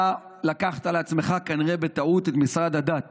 אתה לקחת לעצמך, כנראה בטעות, את משרד הדת